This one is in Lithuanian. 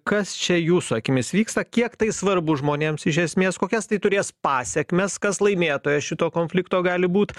kas čia jūsų akimis vyksta kiek tai svarbu žmonėms iš esmės kokias tai turės pasekmes kas laimėtojas šito konflikto gali būt